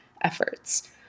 efforts